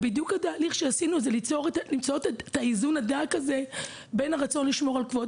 התהליך שעשינו הוא למצוא את האיזון הדק בין הרצון לשמור על כבוד